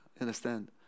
understand